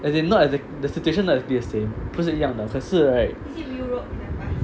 as in not as the situation not as be the same 不是一样的可是 right